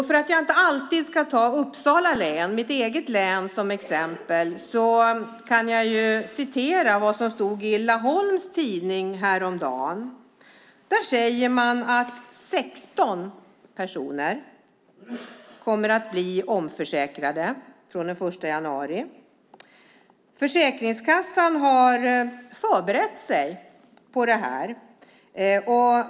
För att inte alltid ta Uppsala län, mitt eget län, som exempel kan jag återge vad som stod i Laholms Tidning häromdagen. Där säger man att 16 personer kommer att bli omförsäkrade den 1 januari. Försäkringskassan har förberett sig på det här.